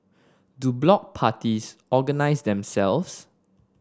do block parties organise themselves